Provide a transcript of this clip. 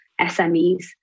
SMEs